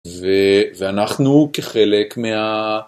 ואנחנו כחלק מה...